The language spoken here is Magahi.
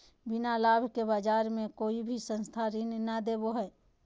बिना लाभ के बाज़ार मे कोई भी संस्था ऋण नय देबो हय